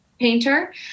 painter